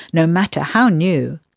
no matter how new.